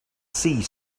see